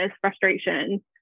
frustration